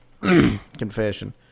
confession